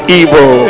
evil